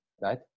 right